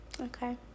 Okay